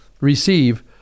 receive